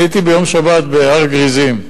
אני הייתי בשבת בהר-גריזים,